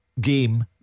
game